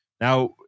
Now